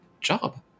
job